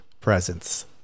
presence